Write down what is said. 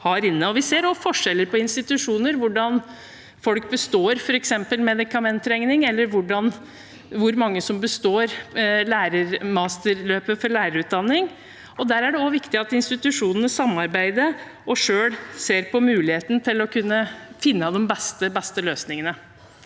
Vi ser også forskjeller på institusjoner, f.eks. på hvordan folk består medikamentregning, eller hvor mange som består lærermasterløpet for lærerutdanning, og der er det også viktig at institusjonene samarbeider og selv ser på muligheten til å kunne finne de beste løsningene.